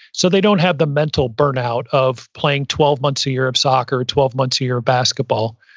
so they don't have the mental burnout of playing twelve months a year of soccer, twelve months a year of basketball.